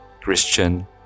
Christian